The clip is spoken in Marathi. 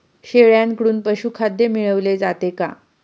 शेळ्यांकडून पशुखाद्य मिळवले जाते का?